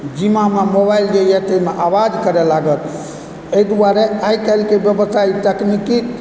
जिम्मामे mobile जे यऽ ताहिमे आवाज करै लागत एहि दुआरे आइकाल्हिके व्यवस्था ई तकनीकी